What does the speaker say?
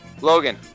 Logan